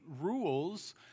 rules